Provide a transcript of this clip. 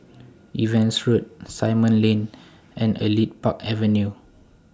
Evans Road Simon Lane and Elite Park Avenue